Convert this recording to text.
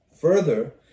further